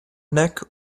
neck